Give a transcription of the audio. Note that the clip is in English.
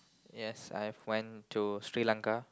yes I have went to Sri-Lanka